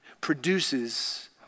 produces